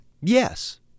Yes